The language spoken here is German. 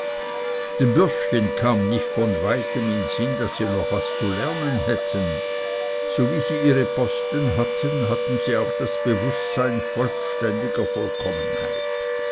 den bürschchen kam nicht von weitem in sinn daß sie noch was zu lernen hätten so wie sie ihre posten hatten hatten sie auch das bewußtsein vollständiger vollkommenheit